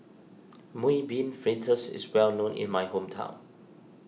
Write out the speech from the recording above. Mung Bean Fritters is well known in my hometown